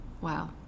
Wow